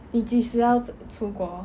你几时要出国